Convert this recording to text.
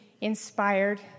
inspired